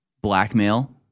blackmail